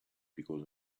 because